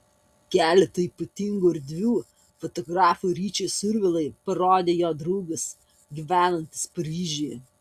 keletą ypatingų erdvių fotografui ryčiui survilai parodė jo draugas gyvenantis paryžiuje